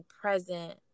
present